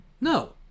No